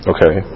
Okay